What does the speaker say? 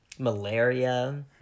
Malaria